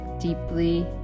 deeply